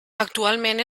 actualment